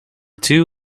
two